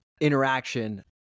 interaction